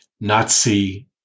Nazi